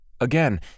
Again